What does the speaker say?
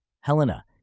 Helena